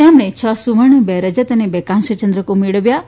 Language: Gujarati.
તેમણે છ સુવર્ણ બે રજત અને બે કાંસ્ય ચંદ્રકો મેળવ્યા હતા